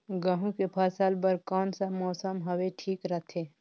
गहूं के फसल बर कौन सा मौसम हवे ठीक रथे?